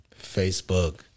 Facebook